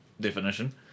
definition